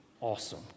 awesome